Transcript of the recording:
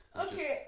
Okay